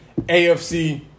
AFC